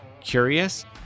Curious